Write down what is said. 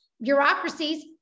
bureaucracies